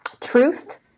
Truth